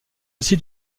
aussi